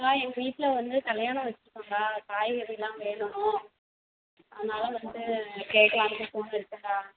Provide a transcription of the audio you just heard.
அக்கா எங்கள் வீட்டில் வந்து கல்யாணம் வச்சிருக்கோக்கா காய்கறிலாம் வேணும்னு அதனால் வந்து கேட்கலான்னு தான் ஃபோன் அடிச்சேன்க்கா